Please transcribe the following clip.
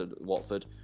Watford